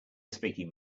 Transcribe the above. speaking